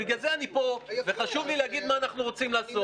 בגלל זה אני פה וחשוב לי להגיד מה אנחנו רוצים לעשות.